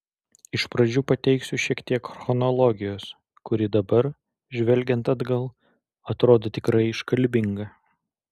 iš pradžių pateiksiu šiek tiek chronologijos kuri dabar žvelgiant atgal atrodo tikrai iškalbinga